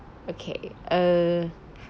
okay uh